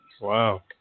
Wow